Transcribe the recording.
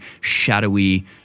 shadowy